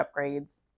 upgrades